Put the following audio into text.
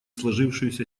сложившуюся